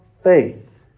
faith